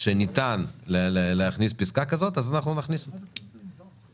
שניתן להכניס פסקה כזאת, אנחנו נכניס אותה.